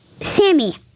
Sammy